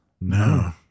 No